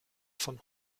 von